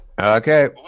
Okay